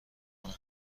کنه